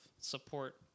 support